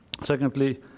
secondly